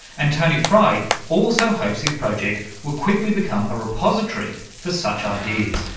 and tony fry also hopes his project will quickly become a repository for such ideas,